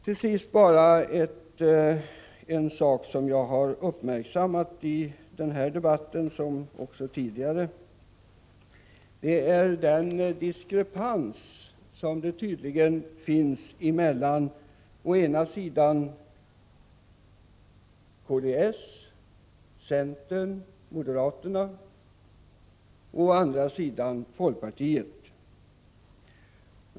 Till sist en sak som jag har uppmärksammat både i den här debatten och tidigare, nämligen den diskrepans som tydligen finns mellan å ena sidan kds, centern och moderaterna och å andra sidan folkpartiet.